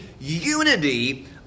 unity